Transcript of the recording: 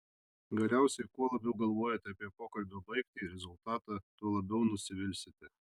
galiausiai kuo labiau galvojate apie pokalbio baigtį rezultatą tuo labiau nusivilsite